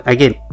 Again